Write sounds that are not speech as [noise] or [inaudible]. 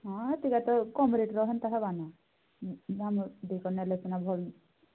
ହଁ ହେତିକର ତ କମ୍ ରେଟ୍ର ହେନ୍ତା ହବାନି [unintelligible] ଅଧିକ ନେଲେ ସିନା ଭଲ